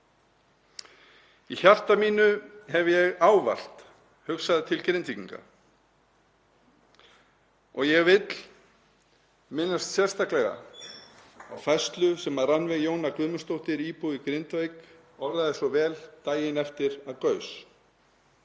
Í hjarta mínu hef ég ávallt hugsað til Grindvíkinga. Ég vil minnast sérstaklega á færslu sem Rannveig Jónína Guðmundsdóttir, íbúi í Grindavík, orðaði svo vel daginn eftir að það